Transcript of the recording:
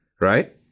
right